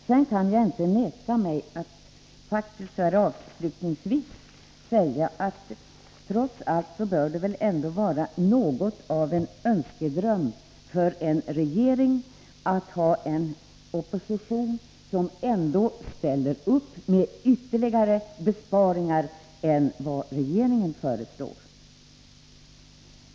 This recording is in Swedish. Sedan kan jag inte låta bli att avslutningsvis säga: Trots allt bör det väl vara något av en önskedröm för en regering att ha en opposition som ställer upp med ytterligare besparingar utöver vad regeringen föreslår.